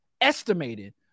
estimated